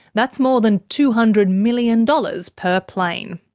that's more than two hundred million dollars per plane.